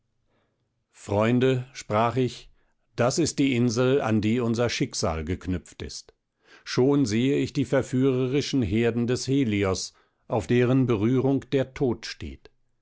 freunde sprach ich das ist die insel an die unser schicksal geknüpft ist schon sehe ich die verführerischen herden des helios auf deren berührung der tod steht